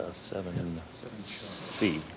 seven in c.